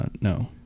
No